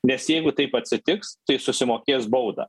nes jeigu taip atsitiks tai susimokės baudą